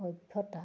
সভ্যতা